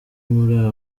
muri